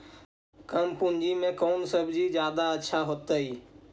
कम पूंजी में कौन सब्ज़ी जादा अच्छा होतई?